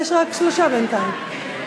יש רק שלושה בינתיים.